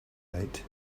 wait